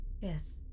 Yes